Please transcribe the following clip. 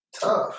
Tough